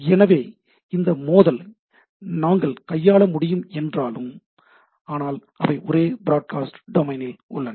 எனவே இந்த மோதலை நாங்கள் கையாள முடியும் என்றாலும் ஆனால் அவை ஒரே பிராட்காஸ்ட் டொமைன் ல் உள்ளன